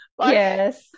Yes